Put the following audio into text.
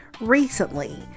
recently